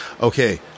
Okay